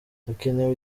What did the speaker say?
hakenewe